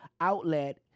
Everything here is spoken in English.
outlet